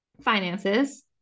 finances